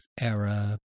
era